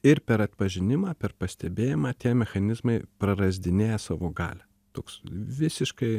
ir per atpažinimą per pastebėjimą tie mechanizmai prarasdinėja savo galią toks visiškai